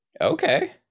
Okay